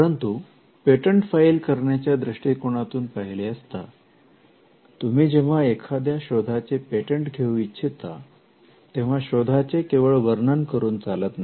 परंतु patent file करण्याच्या दृष्टिकोनातून पाहिले असता तुम्ही जेव्हा एखाद्या शोधांचे पेटंट घेऊ इच्छिता तेव्हा शोधाचे केवळ वर्णन करून चालत नाही